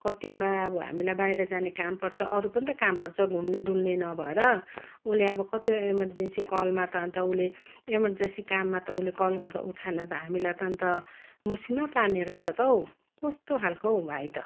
कतिवटा अब हामीलाई बाहिर जाने काम पर्छ अरू पनि त काम पर्छ घुम्ने डुल्ने नभएर उसले अब कति एमर्जेन्सी कलमा त अन्त उसले एमर्जेन्सी काममा त उसले कल गर्दा उठाएन त हामीलाई त अन्त मुस्किलमा पार्ने रहेछ त हौ कस्तो खालको हौ भाइ त